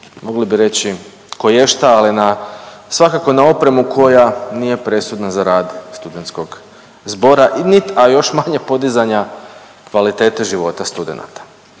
mogli bi reći koješta, ali na, svakako na opremu koja nije presudna za rad studentskog zbora nit, a još manje podizanja kvalitete života studenata.